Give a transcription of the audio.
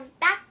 back